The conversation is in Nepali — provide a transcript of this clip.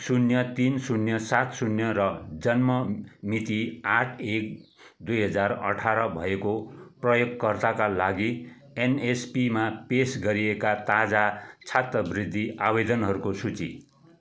शून्य तिन शून्य सात शून्य र जन्म मिति आठ एक दुई हजार अठार भएको प्रयोगकर्ताका लागि एनएसपीमा पेस गरिएका ताजा छात्रवृति आवेदनहरूको सूची